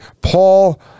Paul